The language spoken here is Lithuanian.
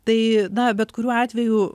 tai na bet kuriuo atveju